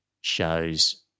shows